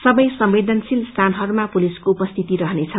सवै संवदेनशील स्थानहयमा पुलिसको उपस्थिति रहनेछ